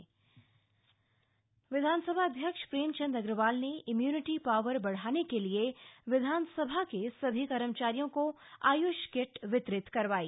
विधानसभा Ayush kit विधानसभा अध्यक्ष प्रेमचंद अग्रवाल ने इम्यूनिटी पावर बढ़ाने के लिए विधानसभा के सभी कर्मचारियों को आय्ष किट वितरित करवाई